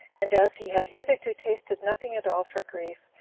and as he had hitherto tasted nothing at all for grief,